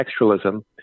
textualism